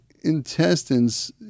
intestines